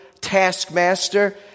taskmaster